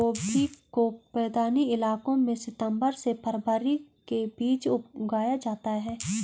गोभी को मैदानी इलाकों में सितम्बर से फरवरी के बीच उगाया जाता है